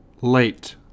late